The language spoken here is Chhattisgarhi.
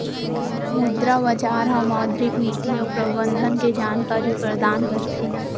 मुद्रा बजार ह मौद्रिक नीति अउ प्रबंधन के जानकारी परदान करथे